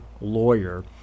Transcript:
lawyer